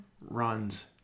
runs